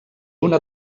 una